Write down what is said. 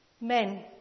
men